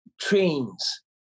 trains